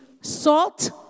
salt